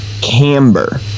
Camber